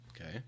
Okay